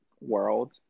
world